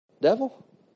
devil